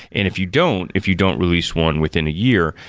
and if you don't, if you don't release one within a year,